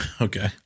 Okay